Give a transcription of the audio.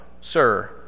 Sir